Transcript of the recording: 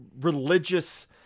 religious